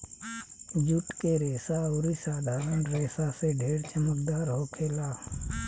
जुट के रेसा अउरी साधारण रेसा से ढेर चमकदार होखेला